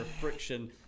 friction